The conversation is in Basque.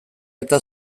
eta